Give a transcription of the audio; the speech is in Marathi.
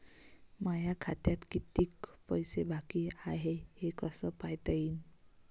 माया खात्यात कितीक पैसे बाकी हाय हे कस पायता येईन?